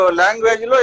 language